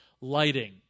Lighting